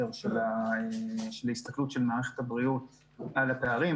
של הסתכלות מערכת הבריאות על הפערים.